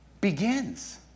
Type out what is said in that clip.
begins